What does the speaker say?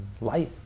life